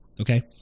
okay